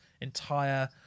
entire